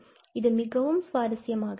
இது மிகவும் சுவாரஸ்யமாக இருக்கும்